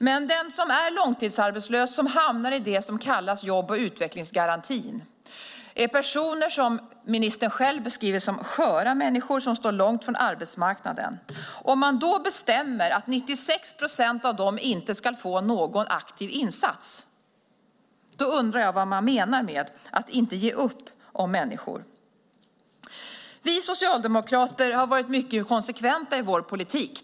Men de som är långtidsarbetslösa och hamnar i det som kallas jobb och utvecklingsgarantin är personer som ministern själv beskriver som sköra och som står långt från arbetsmarknaden. Om man då bestämmer att 96 procent av dem inte ska få någon aktiv insats undrar jag vad man menar med att inte ge upp om människor. Vi socialdemokrater har varit mycket konsekventa i vår politik.